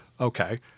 okay